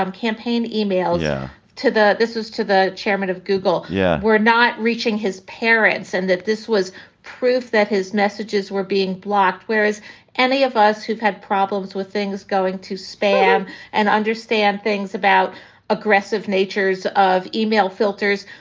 um campaign emails yeah to this is to the chairman of google. yeah, we're not reaching his parents and that this was proof that his messages were being blocked, whereas any of us who've had problems with things going to spam and understand things about aggressive natures of email filters